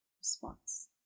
response